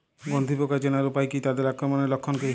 গন্ধি পোকা চেনার উপায় কী তাদের আক্রমণের লক্ষণ কী?